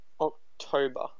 October